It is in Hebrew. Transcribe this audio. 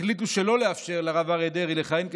החליטו שלא לאפשר לרב אריה דרעי לכהן כשר,